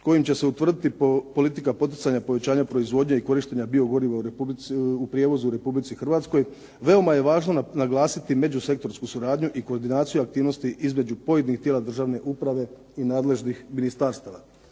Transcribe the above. kojim će se utvrditi politika poticanja povećanja proizvodnje i korištenja biogoriva u prijevozu u Republici Hrvatskoj veoma je važno naglasiti međusektorsku suradnju i koordinaciju aktivnosti između pojedinih tijela državne uprave i nadležnih ministarstava.